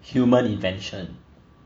human invention